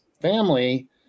family